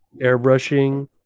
airbrushing